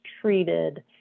treated